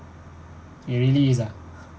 it really is ah